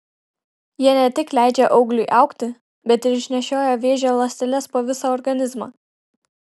jie ne tik leidžia augliui augti bet ir išnešioja vėžio ląsteles po visą organizmą